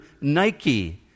Nike